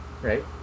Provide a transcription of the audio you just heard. Right